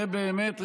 זה באמת רציני?